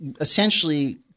essentially